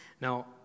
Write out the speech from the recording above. Now